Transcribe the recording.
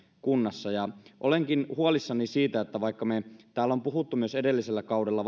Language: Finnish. kunnassa olenkin huolissani siitä että vaikka täällä on puhuttu myös edellisellä kaudella